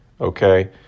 okay